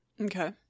okay